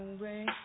away